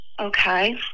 Okay